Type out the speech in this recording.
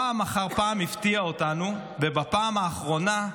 פעם אחר פעם הפתיעו אותנו, ובפעם האחרונה,